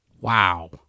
Wow